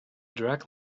direct